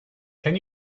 can